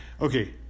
okay